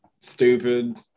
stupid